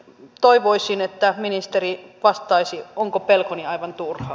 toivoisin että ministeri vastaisi onko pelkoni aivan turha